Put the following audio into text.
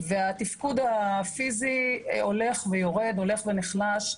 והתפקוד הפיזי הולך ויורד, הולך ונחלש.